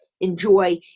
enjoy